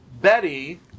Betty